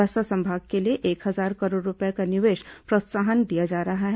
बस्तर संभाग के लिए एक हजार करोड़ रूपये का निवेश प्रोत्साहन दिया जा रहा है